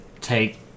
take